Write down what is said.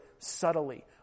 subtly